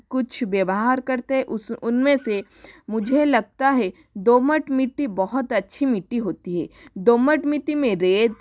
कुछ व्यवहार करते है उस उनमें से मुझे लगता है दोमट मिट्टी बहुत अच्छी मिट्टी होती है दोमट मिट्टी में रेत